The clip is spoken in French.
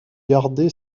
gardé